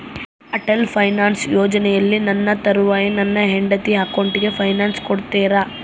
Atal pension ಯೋಜನೆಯಲ್ಲಿ ನನ್ನ ತರುವಾಯ ನನ್ನ ಹೆಂಡತಿ ಅಕೌಂಟಿಗೆ ಪೆನ್ಶನ್ ಕೊಡ್ತೇರಾ?